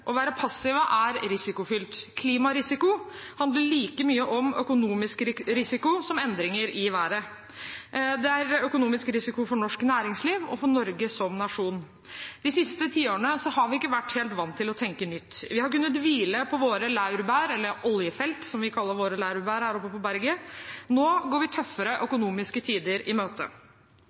Å være passiv er risikofylt. Klimarisiko handler like mye om økonomisk risiko som om endringer i været. Det er økonomisk risiko for norsk næringsliv og for Norge som nasjon. De siste tiårene har vi ikke vært helt vant til å tenke nytt. Vi har kunnet hvile på våre laurbær – eller oljefelt, som vi kaller våre laurbær her oppe på berget. Nå går vi tøffere økonomiske tider i møte.